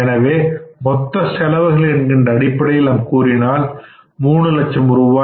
எனவே மொத்த செலவு என்கின்ற அடிப்படையில் நாம் கூறினோம் என்றால் 3 லட்சம் ரூபாய்